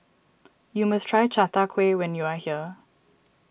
you must try Chai Tow Kway when you are here